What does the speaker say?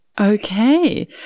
Okay